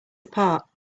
apart